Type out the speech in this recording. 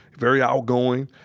very outgoing,